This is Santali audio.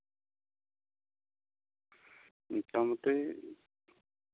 ᱢᱚᱴᱟᱢᱩᱴᱤ